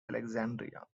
alexandria